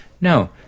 No